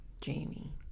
Jamie